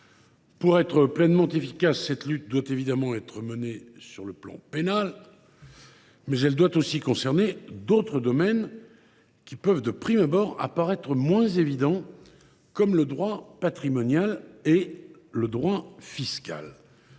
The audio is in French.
Pour être pleinement efficace, cette lutte doit évidemment être menée sur le plan pénal, mais aussi dans d’autres domaines qui peuvent, de prime abord, apparaître moins évidents, comme le droit patrimonial et le droit fiscal.